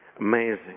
amazing